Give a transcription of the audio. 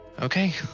Okay